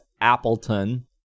Appleton